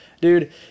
dude